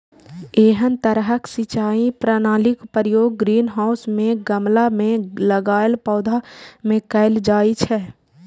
एहन तरहक सिंचाई प्रणालीक प्रयोग ग्रीनहाउस मे गमला मे लगाएल पौधा मे कैल जाइ छै